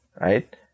right